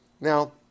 Now